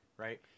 Right